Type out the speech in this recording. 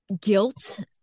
guilt